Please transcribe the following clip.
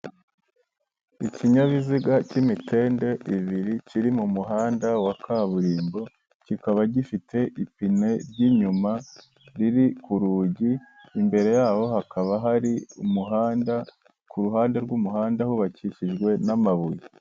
Ikinyabiziga cy'imitende ibiri, kiri mu muhanda wa kaburimbo, kikaba gifite ipine ry'inyuma riri ku rugi, imbere yaho hakaba hari umuhanda, ku ruhande rw'umuhanda hubakishijwe, n'amabuye.